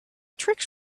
tricks